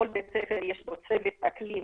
בכל בית ספר יש צוות אקלים.